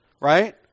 right